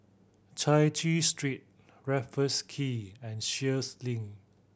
Chai Chee Street Raffles Quay and Sheares Link